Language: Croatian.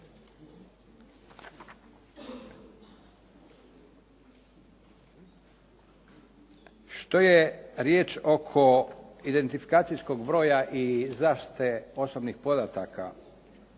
Što je riječ oko identifikacijskog broja i zaštite osobnih podataka.